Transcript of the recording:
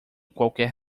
qualquer